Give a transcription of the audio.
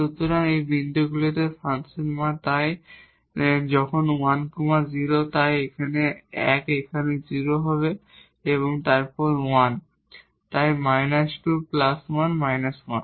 সুতরাং এই বিন্দুগুলিতে ফাংশন মান তাই যখন 10 তাই 1 এখানে 0 এবং তারপর 1 তাই −21−1